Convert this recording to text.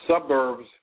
suburbs